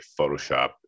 Photoshop